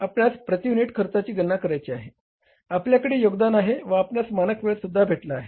आपणास प्रती युनिट खर्चाची गणना करायची आहे आपल्याकडे योगदान आहे व आपणास मानक वेळसुद्धा भेटला आहे